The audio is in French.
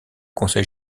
conseil